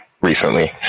recently